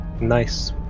Nice